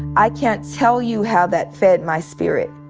i can't tell you how that fed my spirit.